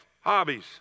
Hobbies